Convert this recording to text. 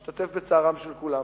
אני משתתף בצערם של כולם,